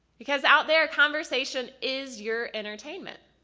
because out there conversation is your entertainment.